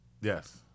Yes